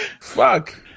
Fuck